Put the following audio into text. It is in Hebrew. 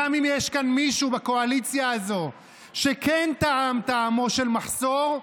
גם אם יש כאן מישהו בקואליציה הזאת שכן טעם טעמו של מחסור,